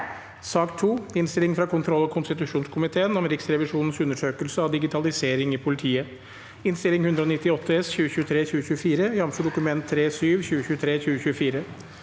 2024 Innstilling fra kontroll- og konstitusjonskomiteen om Riksrevisjonens undersøkelse av digitalisering i politiet (Innst. 198 S (2023–2024), jf. Dokument 3:7 (2023– 2024))